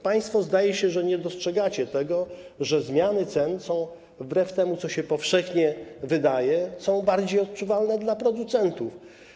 Państwo, zdaje się, nie dostrzegacie tego, że zmiany cen, wbrew temu, co się powszechnie wydaje, są bardziej odczuwalne dla producentów.